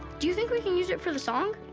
do you think we can use it for the song?